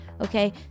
Okay